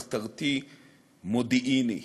מחתרתי-מודיעיני.